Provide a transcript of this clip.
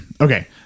okay